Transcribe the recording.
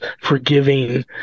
forgiving